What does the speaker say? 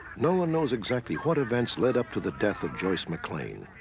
no one knows exactly what events led up to the death of joyce mclain.